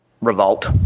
revolt